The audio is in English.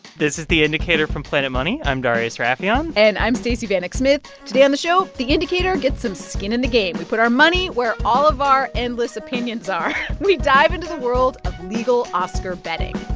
this is the indicator from planet money. i'm darius rafieyan and i'm stacey vanek smith. today on the show, the indicator gets some skin in the game. we put our money where all of our endless opinions are. we dive into the world of legal oscar betting